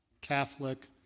Catholic